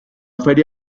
feria